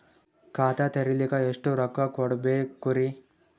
ಖಾತಾ ತೆರಿಲಿಕ ಎಷ್ಟು ರೊಕ್ಕಕೊಡ್ಬೇಕುರೀ?